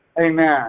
Amen